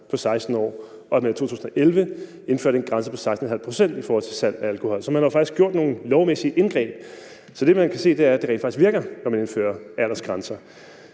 på 16 år, og at man i 2011 indførte en grænse på 16½ pct. i forhold til salg af alkohol. Så man har jo faktisk gjort nogle lovmæssige indgreb. Og det, man kan se, er, at det rent faktisk virker, når man indfører aldersgrænser.